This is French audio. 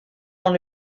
dans